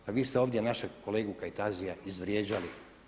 Pa vi ste ovdje našeg kolegu Kajtazija izvrijeđali.